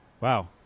Wow